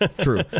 True